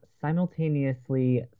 simultaneously